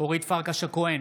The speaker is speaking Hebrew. אורית פרקש הכהן,